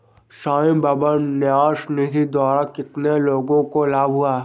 साई बाबा न्यास निधि द्वारा कितने लोगों को लाभ हुआ?